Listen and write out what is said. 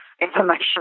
information